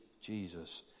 Jesus